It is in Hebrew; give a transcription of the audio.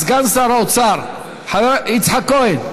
סגן שר האוצר יצחק כהן,